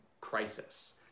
crisis